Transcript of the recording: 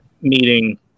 meeting